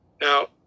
Now